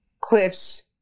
Cliff's